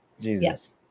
Jesus